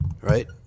right